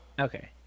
Okay